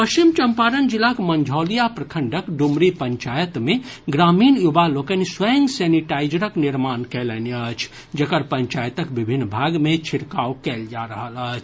पश्चिम चंपारण जिलाक मंझौलिया प्रखंडक डुमरी पंचायत मे ग्रामीण युवा लोकनि स्वयं सेनिटाइजरक निर्माण कयलनि अछि जकर पंचायतक विभिन्न भाग मे छिड़काव कयल जा रहल अछि